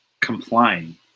complying